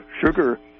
Sugar